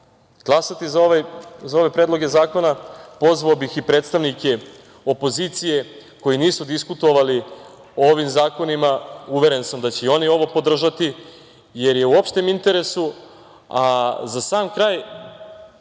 glasati za ove predloge zakona. Pozvao bih i predstavnike opozicije koji nisu diskutovali o ovim zakonima, uveren sam da će i oni ovo podržati, jer je u opštem interesu a za sam kraj,